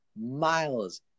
miles